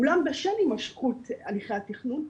אולם בשל הימשכות הליכי התכנון,